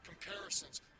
comparisons